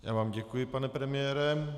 Já vám děkuji, pane premiére.